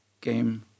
game